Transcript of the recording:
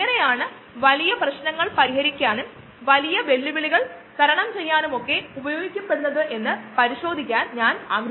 അതുപോലെ ആളുകൾക്കു ഒരു പ്രതിയുത്പാദന രീതിയിൽ വിവിധ വശങ്ങൾ സ്ഥാപിക്കുകയും വേണം അങ്ങനെ ഉത്പാദനത്തിന് അംഗീകാരം നൽകുന്നു പരിശോധനകൾക്ക് ശേഷമാണ് അനുമതി നൽകുന്നത്